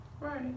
Right